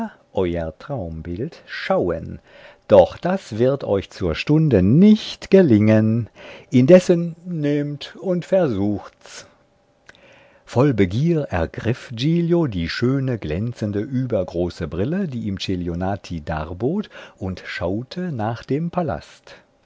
euer traumbild schauen doch das wird euch zur stunde nicht gelingen indessen nehmt und versucht's voll begier ergriff giglio die schöne glänzende übergroße brille die ihm celionati darbot und schaute nach dem palast